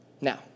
Now